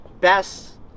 best